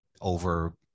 over